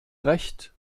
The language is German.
recht